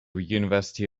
university